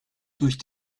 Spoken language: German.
durch